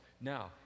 Now